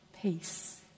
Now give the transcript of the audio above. peace